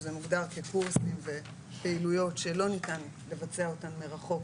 שזה מוגדר כקורסים ופעילויות שלא ניתן לבצע אותן מרחוק,